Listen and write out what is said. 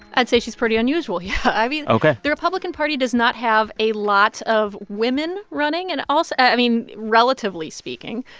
i'd say she's pretty unusual, yeah. i mean. ok the republican party does not have a lot of women running, and i mean, relatively speaking.